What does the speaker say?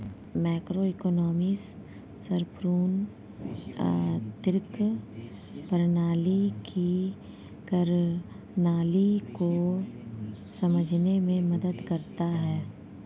macroeconomics संपूर्ण आर्थिक प्रणाली की कार्यप्रणाली को समझने में मदद करता है